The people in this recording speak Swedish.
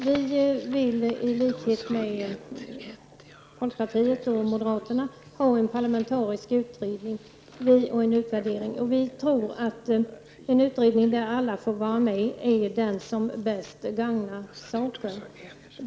Vi vill i likhet med folkpartiet och moderaterna ha till stånd en parlamentarisk utredning och en utvärdering. Vi tror att en utredning där alla får vara med är den som bäst gagnar saken.